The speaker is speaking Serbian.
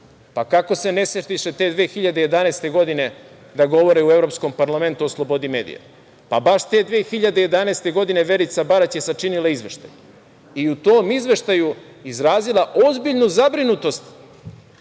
kako se ne setiše te 2011. godine, da govore u Evropskom parlamentu o slobodi medija? Baš te 2011. godine, Verica Barać je sačinila izveštaj i u tom izveštaju izrazila ozbiljnu zabrinutost